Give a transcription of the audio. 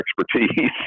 expertise